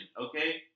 Okay